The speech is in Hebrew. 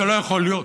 זה לא יכול להיות.